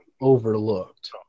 overlooked